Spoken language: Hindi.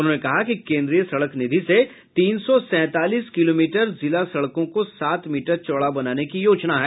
उन्होंने कहा कि केन्द्रीय सड़क निधि से तीन सौ सैंतालीस किलोमीटर जिला सड़कों को सात मीटर चौड़ा बनाने की योजना है